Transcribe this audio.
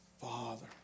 father